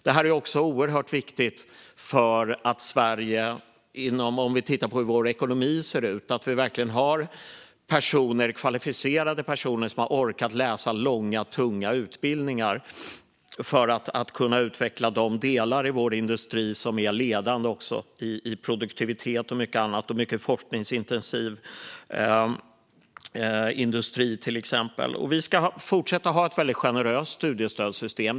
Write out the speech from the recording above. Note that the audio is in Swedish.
Det är oerhört viktigt för oss i Sverige, om vi tittar på hur vår ekonomi ser ut, att vi har kvalificerade personer som har orkat läsa långa, tunga utbildningar och som kan utveckla de delar i vår industri som är ledande i produktivitet och mycket annat. Det är mycket forskningsintensiv industri, till exempel. Vi ska fortsätta att ha ett väldigt generöst studiestödssystem.